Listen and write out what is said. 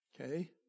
okay